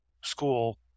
school